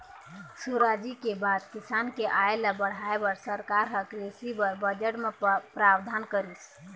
सुराजी के बाद किसान के आय ल बढ़ाय बर सरकार ह कृषि बर बजट म प्रावधान करिस